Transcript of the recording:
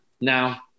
Now